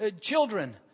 children